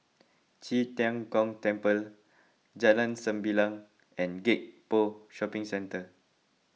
Qi Tian Gong Temple Jalan Sembilang and Gek Poh Shopping Centre